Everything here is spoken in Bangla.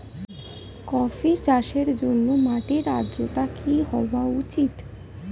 কফি চাষের জন্য মাটির আর্দ্রতা কি হওয়া উচিৎ?